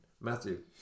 Matthew